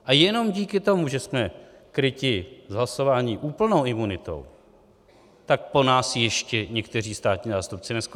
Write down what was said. A jenom díky tomu, že jsme kryti z hlasování úplnou imunitou, tak po nás ještě někteří státní zástupci neskočili.